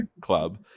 club